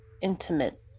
intimate